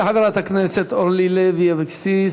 תודה לחברת הכנסת אורלי לוי אבקסיס.